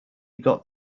got